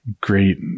great